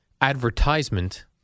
advertisement